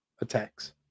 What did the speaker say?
attacks